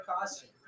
costume